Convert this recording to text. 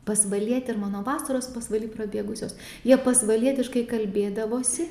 pasvalietė ir mano vasaros pasvaly prabėgusios jie pasvalietiškai kalbėdavosi